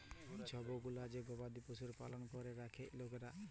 ছব গুলা যে গবাদি পশু পালল ক্যরে রাখ্যে লকরা